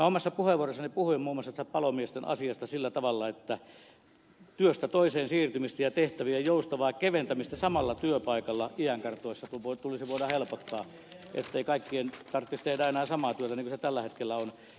omassa puheenvuorossani puhuin muun muassa palomiesten asiasta sillä tavalla että työstä toiseen siirtymistä ja tehtävien joustavaa keventämistä samalla työpaikalla iän karttuessa tulisi voida helpottaa ettei kaikkien tarvitsisi tehdä enää samaa työtä niin kuin se tällä hetkellä on